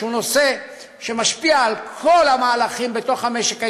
שהוא נושא שמשפיע על כל המהלכים בתוך המשק הישראלי,